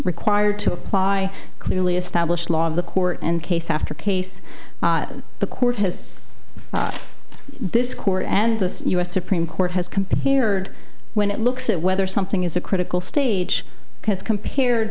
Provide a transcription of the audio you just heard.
required to apply clearly established law of the court and case after case the court has this court and the u s supreme court has compared when it looks at whether something is a critical stage